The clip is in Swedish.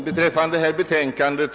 Herr talman!